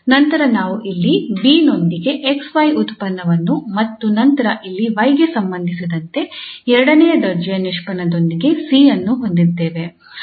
ನಂತರ ನಾವು ಇಲ್ಲಿ 𝐵 ನೊಂದಿಗೆ 𝑥𝑦 ಉತ್ಪನ್ನವನ್ನು ಮತ್ತು ನಂತರ ಇಲ್ಲಿ 𝑦 ಗೆ ಸಂಬಂಧಿಸಿದಂತೆ ಎರಡನೇ ದರ್ಜೆಯ ನಿಷ್ಪನ್ನದೊಂದಿಗೆ 𝐶 ಅನ್ನು ಹೊಂದಿದ್ದೇವೆ